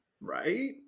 Right